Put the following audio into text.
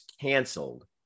canceled